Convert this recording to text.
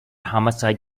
homicide